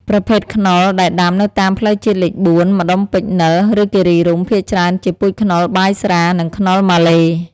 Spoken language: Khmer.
ប្រភេទខ្នុរដែលដាំនៅតាមផ្លូវជាតិលេខ ៤ ម្ដុំពេជ្រនិល ឬគិរីរម្យ ភាគច្រើនជាពូជខ្នុរបាយស្រា និងខ្នុរម៉ាឡេ។